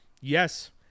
yes